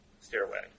stairway